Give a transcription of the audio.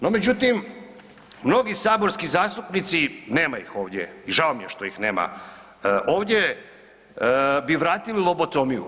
No međutim, mnogi saborski zastupnici, nema ih ovdje i žao mi je što ih nema ovdje, bi vratili lobotomiju.